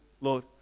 Lord